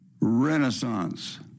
renaissance